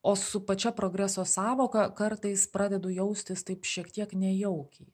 o su pačia progreso sąvoka kartais pradedu jaustis taip šiek tiek nejaukiai